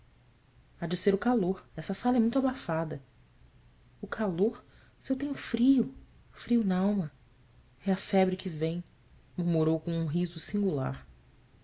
há de ser o calor esta sala é muito abafada calor se eu tenho frio frio n'alma é a febre que vem murmurou com um riso singular